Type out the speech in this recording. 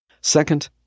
Second